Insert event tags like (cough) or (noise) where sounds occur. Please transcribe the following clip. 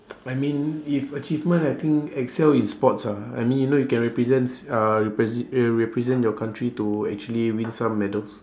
(noise) I mean if achievement I think excel in sports ah I mean you know you can represent s~ uh repres~ represent your country to actually win some medals